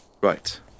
Right